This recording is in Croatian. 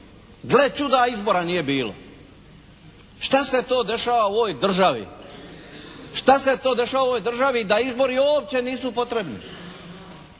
Gle čuda, a izbora nije bilo. Šta se to dešava u ovoj državi? Šta se to dešava u ovoj državi da izbori uopće nisu potrebni?